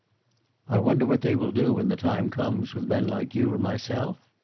i wonder what they will do, when the time comes, with men like you and myself?